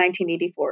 1984